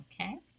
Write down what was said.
Okay